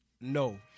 no